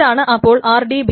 ഇതാണ് അപ്പോൾ RDBMS